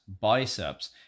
biceps